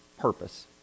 purpose